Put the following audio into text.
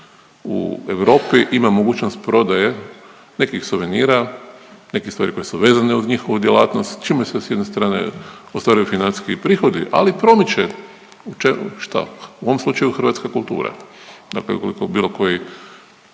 u Europi ima mogućnost prodaje nekih suvenira, nekih stvari koje su vezane uz njihovu djelatnost, čime se s jedne strane ostvaruju financijski prihodi ali i promiče, što. U ovom slučaju hrvatska kultura. Dakle ukoliko bilo koji